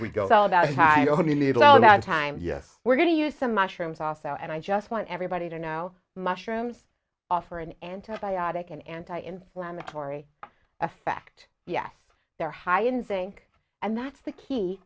allow that time yes we're going to use some mushrooms also and i just want everybody to know mushrooms offer an antibiotic an anti inflammatory effect yes they're high in sync and that's the key